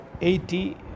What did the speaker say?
80